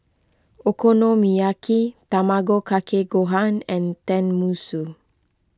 Okonomiyaki Tamago Kake Gohan and Tenmusu